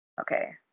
okay